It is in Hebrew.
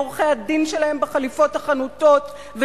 עורכי-הדין שלהם החנוטים בחליפות,